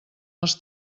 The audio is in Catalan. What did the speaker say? els